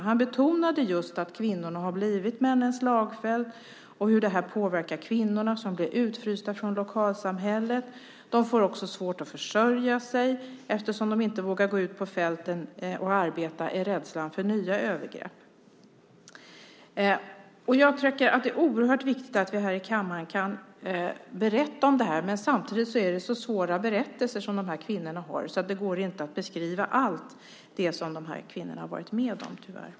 Han betonade just att kvinnorna har blivit männens slagfält och hur det påverkar kvinnorna, som blir utfrysta från lokalsamhället. De får också svårt att försörja sig, då de inte vågar sig ut på fälten för att arbeta i rädslan för nya övergrepp. Jag tycker att det är oerhört viktigt att vi här i kammaren kan berätta om detta, men samtidigt är det så svåra berättelser som dessa kvinnor har att det inte går att beskriva allt det som kvinnorna har varit med om.